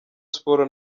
sports